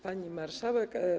Pani Marszałek!